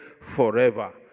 forever